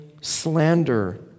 slander